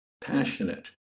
passionate